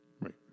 Right